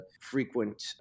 frequent